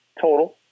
total